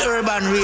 Urban